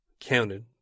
counted